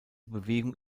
bewegung